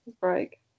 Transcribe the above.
break